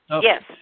Yes